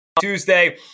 Tuesday